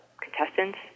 contestants